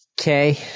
Okay